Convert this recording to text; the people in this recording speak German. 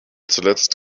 zuletzt